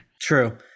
true